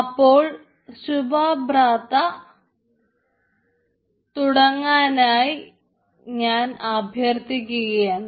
അപ്പോൾ ശുഭബ്രത തുടങ്ങാനായി ഞാൻ അഭ്യർത്ഥിക്കുകയാണ്